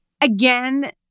again